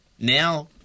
Now